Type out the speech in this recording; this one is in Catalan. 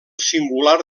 singular